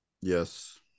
Yes